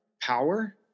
Power